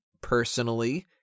personally